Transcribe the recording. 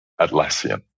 Atlassian